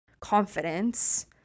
confidence